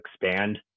expand